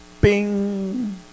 Bing